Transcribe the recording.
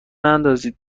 نندازین